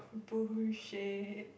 bullshit